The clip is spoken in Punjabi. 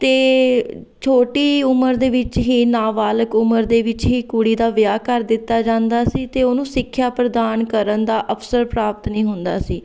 ਅਤੇ ਛੋਟੀ ਉਮਰ ਦੇ ਵਿੱਚ ਹੀ ਨਾਬਾਲਗ ਉਮਰ ਦੇ ਵਿੱਚ ਹੀ ਕੁੜੀ ਦਾ ਵਿਆਹ ਕਰ ਦਿੱਤਾ ਜਾਂਦਾ ਸੀ ਅਤੇ ਉਹਨੂੰ ਸਿੱਖਿਆ ਪ੍ਰਦਾਨ ਕਰਨ ਦਾ ਅਵਸਰ ਪ੍ਰਾਪਤ ਨਹੀਂ ਹੁੰਦਾ ਸੀ